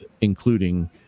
including